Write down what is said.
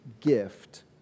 Gift